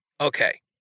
Okay